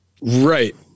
Right